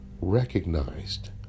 recognized